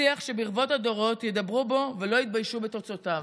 שיח שברבות הדורות ידברו בו ולא יתביישו בתוצאותיו.